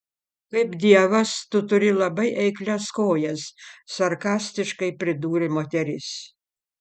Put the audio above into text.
kaip dievas tu turi labai eiklias kojas sarkastiškai pridūrė moteris